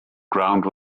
ground